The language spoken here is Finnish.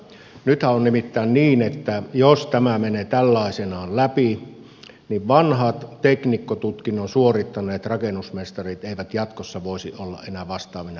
nythän on nimittäin niin että jos tämä menee tällaisenaan läpi niin vanhat teknikkotutkinnon suorittaneet rakennusmestarit eivät jatkossa voisi olla enää vastaavina työnjohtajina